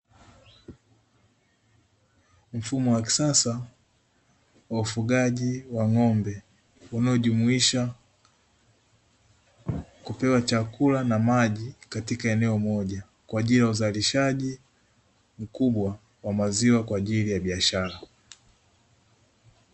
Mfumo wa kisasa wa ufugaji wa ng’ombe, unaojumuisha kupewa chakula na maji katika eneo moja kwa ajili ya uzalishaji mkubwa wa maziwa kwa ajili ya biashara.